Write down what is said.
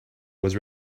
was